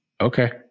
Okay